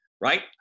right